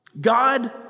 God